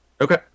Okay